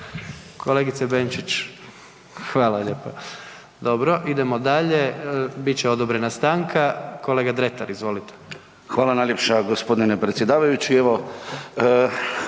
Kolegice Benčić hvala lijepa. Dobro, idemo dalje. Bit će odobrena stanka. Kolega Dretar, izvolite. **Dretar, Davor (DP)** Hvala najljepša gospodine predsjedavajući